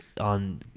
on